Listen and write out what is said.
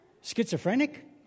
Schizophrenic